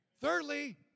Thirdly